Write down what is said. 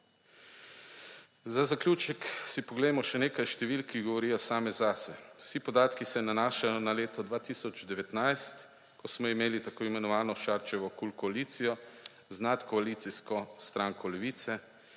Za zaključek si poglejmo še nekaj številk, ki govorijo same zase. Vsi podatki se nanašajo na leto 2019, ko smo imeli tako imenovano Šarčevo KUL koalicijo z nadkoalicijsko stranko Levice,